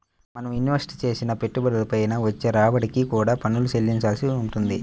మనం ఇన్వెస్ట్ చేసిన పెట్టుబడుల పైన వచ్చే రాబడికి కూడా పన్నులు చెల్లించాల్సి వుంటది